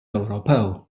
ewropew